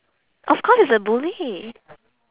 of course it's a bully